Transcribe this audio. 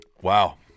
Wow